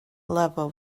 level